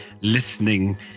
listening